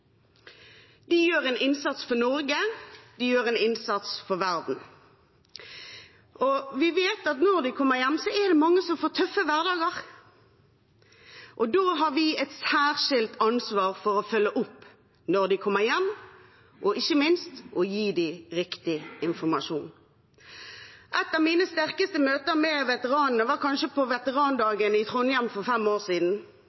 De gjør en innsats for Norge, de gjør en innsats for verden. Vi vet at når de kommer hjem, er det mange som får tøffe hverdager, og da har vi et særskilt ansvar for å følge dem opp når de kommer hjem, og ikke minst å gi dem riktig informasjon. Et av mine sterkeste møter med veteranene var kanskje på veterandagen i Trondheim for fem år siden.